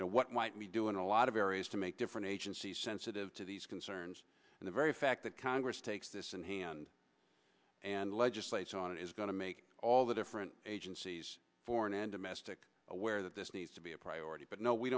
you know what might we do in a lot of areas to make different agencies sensitive to these concerns and the very fact that congress takes this in hand and legislate on it is going to make all the different agencies foreign and domestic aware that this needs to be a priority but no we